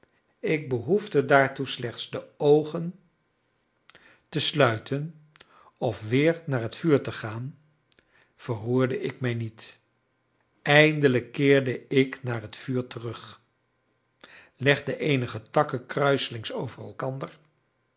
zien ik behoefde daartoe slechts de oogen te sluiten of weer naar het vuur te gaan verroerde ik mij niet eindelijk keerde ik naar het vuur terug legde eenige takken kruiselings over elkander